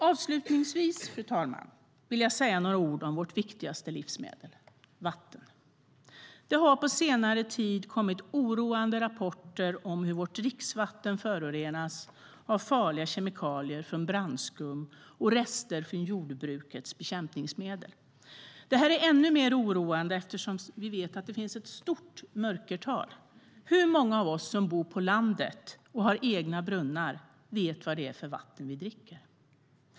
Avslutningsvis, fru talman, vill jag säga några ord om vårt viktigaste livsmedel - vatten. Det har på senare tid kommit oroande rapporter om hur vårt dricksvatten förorenas av farliga kemikalier från brandskum och rester från jordbrukets bekämpningsmedel. Det här är ännu mer oroande eftersom vi vet att det finns ett stort mörkertal. Hur många av oss som bor på landet och har egna brunnar vet vad det är för vatten vi dricker?